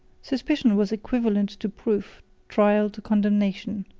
suspicion was equivalent to proof trial to condemnation.